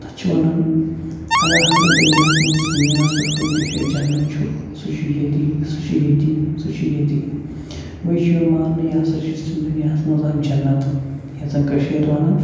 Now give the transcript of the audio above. تَتھ چھِ وَن اگر ہَسا دُنیاہَس منٛز زٔمیٖنَس پٮ۪ٹھ کُنہِ تہِ جایہِ جنت چھُ سُہ چھُ ییٚتی سُہ چھُ ییٚتی سُہ چھُ ییٚتی گوٚو یہِ چھُ یِوان ماننہٕ یہِ ہَسا چھِ سُہ دُنیاہَس منٛز اَکھ جَنت یَتھ زَن کٔشیٖر وَنان